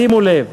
שימו לב,